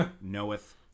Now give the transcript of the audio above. knoweth